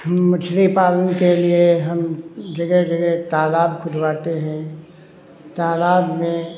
हम मछली पालन के लिए हम जगह जगह तालाब खुदवाते हैं तालाब में